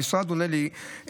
המשרד עונה לי: